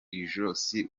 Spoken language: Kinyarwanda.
ijosi